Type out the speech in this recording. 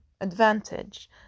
advantage